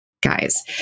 guys